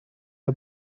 are